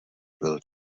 byl